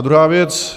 Druhá věc.